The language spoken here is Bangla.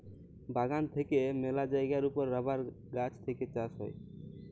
বাগান থেক্যে মেলা জায়গার ওপর রাবার গাছ থেক্যে চাষ হ্যয়